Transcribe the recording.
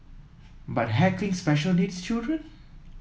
but heckling special needs children